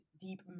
deep